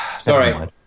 Sorry